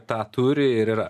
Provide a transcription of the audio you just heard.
tą turi ir yra